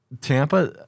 Tampa